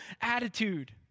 attitude